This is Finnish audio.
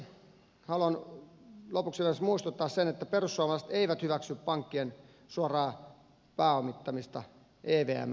haluan lopuksi myös muistuttaa siitä että perussuomalaiset eivät hyväksy pankkien suoraa pääomittamista evmn kautta